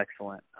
excellent